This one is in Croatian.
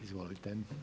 Izvolite.